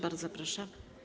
Bardzo proszę.